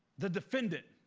the defendant